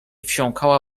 wsiąkała